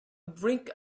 brink